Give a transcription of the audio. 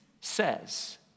says